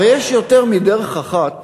הרי יש יותר מדרך אחת